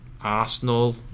Arsenal